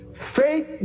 Faith